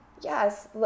yes